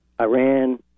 Iran